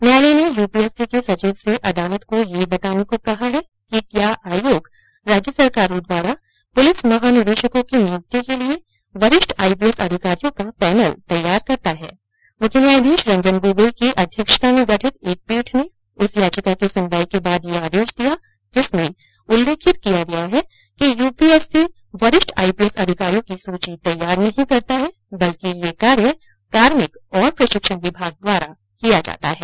न्यायालय ने यूपीएससी के सचिव से अदालत को यह बताने को कहा है कि क्या आयोग राज्य सरकारों द्वारा पुलिस महानिदेशकों की नियुक्ति के लिए वरिष्ठ आईपीएस अधिकारियों का पैनल तैयार करता है मुख्य न्यायाधीश रंजन गोगोई की अध्यक्षता में गठित एक पीठ ने उस याचिका की सुनवाई के बाद ये आदेश दिया जिसमें उल्लेखित गया है कि यूपीएससी वरिष्ठ आईपीएस अधिकारियों की सूची तैयार नहीं करता है बल्कि यह कार्य कार्मिक और प्रशिक्षण विभाग द्वारा किया जाता है